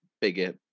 bigger